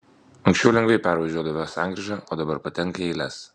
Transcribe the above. anksčiau lengvai pervažiuodavę sankryžą o dabar patenka į eiles